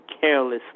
carelessly